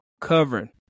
covering